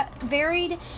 varied